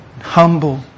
humble